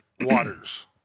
waters